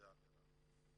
זו אמירה.